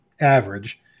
average